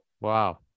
wow